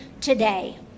today